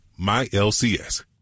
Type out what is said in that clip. myLCS